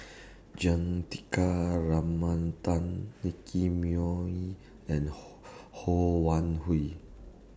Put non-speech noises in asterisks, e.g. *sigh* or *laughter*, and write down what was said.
Juthika Ramanathan Nicky Moey and *noise* Ho Wan Hui